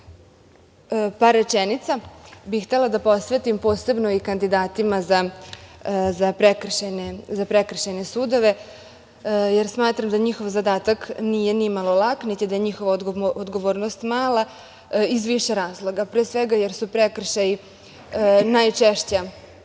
par rečenica da posvetim posebno kandidatima za prekršajne sudove, jer smatram da njihov zadatak nije nimalo lak, niti da je njihova odgovornost mala iz više razloga. Pre svega, jer su prekršaji najčešća